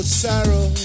sorrow